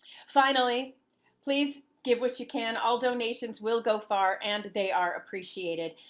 finally please give what you can all donations will go far and they are appreciated!